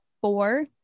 four